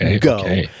Go